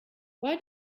why